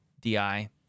DI